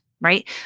right